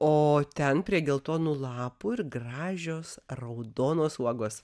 o ten prie geltonų lapų ir gražios raudonos uogos